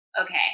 okay